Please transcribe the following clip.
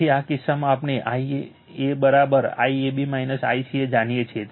તેથી આ કિસ્સામાં આપણે Ia IAB ICA જાણીએ છીએ